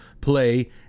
play